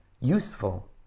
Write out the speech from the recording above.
useful